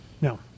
No